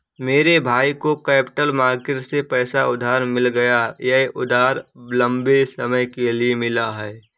मेरे भाई को कैपिटल मार्केट से पैसा उधार मिल गया यह उधार लम्बे समय के लिए मिला है